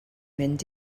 mynd